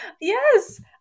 Yes